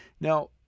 Now